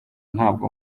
ntabwo